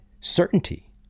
certainty